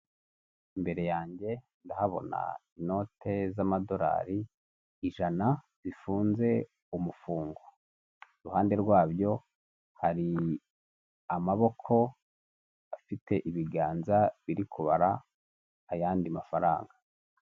Imbere yanjye ndahabona inote z'amadorari ijana zifunze umufungo iruhande rwabyo hari amaboko afite ibiganza biri kubara ayandi mafaranga.